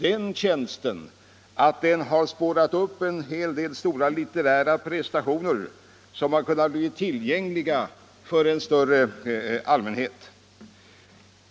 Akademien har gjort oss tjänsten att den har spårat upp en hel del stora litterära prestationer som därigenom kunnat bli tillgängliga för en större allmänhet.